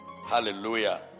Hallelujah